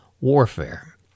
warfare